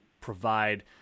provide